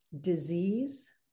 disease